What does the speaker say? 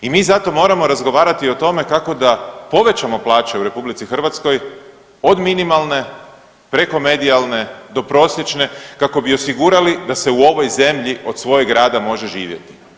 I mi zato moramo razgovarati o tome kako da povećamo plaće u RH od minimalne preko medijalne do prosječne kako bi osigurali da se u ovoj zemlji od svojeg rada može živjeti.